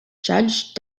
judge